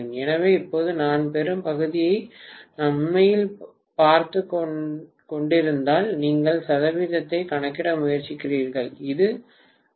எனவே இப்போது நான் பெறும் பகுதியை நான் உண்மையில் பார்த்துக் கொண்டிருந்தால் நீங்கள் சதவீதத்தை கணக்கிட முயற்சிக்கிறீர்கள் இது 20x5110